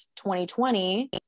2020